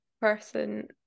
person